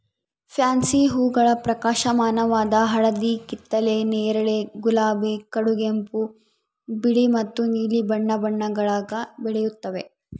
fancy ಹೂಗಳು ಪ್ರಕಾಶಮಾನವಾದ ಹಳದಿ ಕಿತ್ತಳೆ ನೇರಳೆ ಗುಲಾಬಿ ಕಡುಗೆಂಪು ಬಿಳಿ ಮತ್ತು ನೀಲಿ ಬಣ್ಣ ಬಣ್ಣಗುಳಾಗ ಬೆಳೆಯುತ್ತವೆ